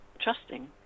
trusting